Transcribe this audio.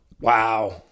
Wow